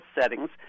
settings